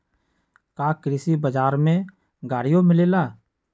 का कृषि बजार में गड़ियो मिलेला?